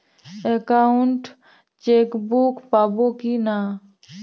Account checkbook পাবো কি না?